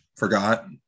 Forgot